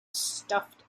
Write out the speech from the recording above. stuffed